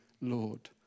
Lord